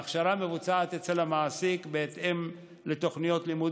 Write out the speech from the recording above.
ההכשרה מבוצעת אצל המעסיק בהתאם לתוכניות לימוד